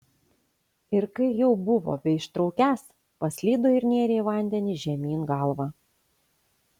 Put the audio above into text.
ir kai jau buvo beištraukiąs paslydo ir nėrė į vandenį žemyn galva